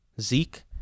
Zeke